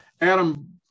Adam